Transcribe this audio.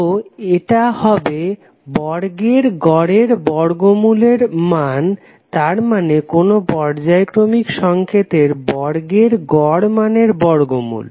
তো এটা হবে বর্গের গড়ের বর্গমুলের মান তার মানে কোনো পর্যায়ক্রমিক সংকেতের বর্গের গড় মানের বর্গমূল